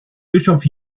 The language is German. bischof